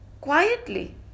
quietly